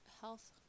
health